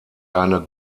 eine